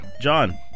John